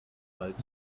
while